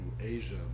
Asia